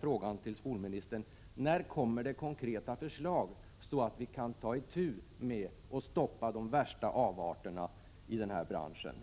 fråga skolministern: När kommer det konkreta förslag, så att vi kan ta itu med och stoppa de värsta avarterna i den här branschen?